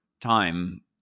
time